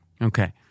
Okay